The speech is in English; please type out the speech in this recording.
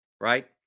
right